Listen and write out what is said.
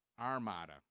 Armada